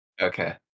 Okay